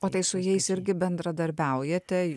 o tai su jais irgi bendradarbiaujate